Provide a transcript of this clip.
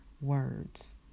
words